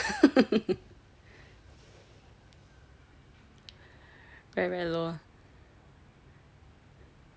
very very low